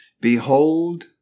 Behold